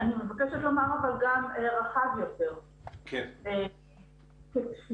אבל נכון לעכשיו כמו שאת אומרת,